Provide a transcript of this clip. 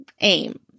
aim